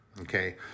okay